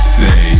say